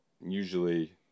Usually